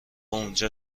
اونجا